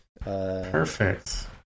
Perfect